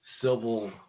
civil